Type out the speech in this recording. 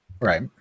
Right